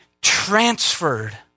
transferred